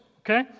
Okay